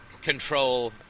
Control